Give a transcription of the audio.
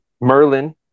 Merlin